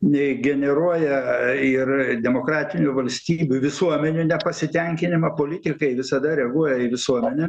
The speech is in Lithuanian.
nei generuoja ir demokratinių valstybių visuomenių nepasitenkinimą politikai visada reaguoja į visuomenę